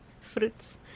Fruits